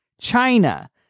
China